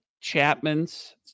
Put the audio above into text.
Chapman's